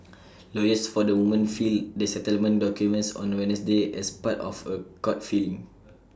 lawyers for the women filed the settlement documents on Wednesday as part of A court filing